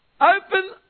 open